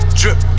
drip